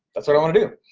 that's what i wanna do.